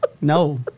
No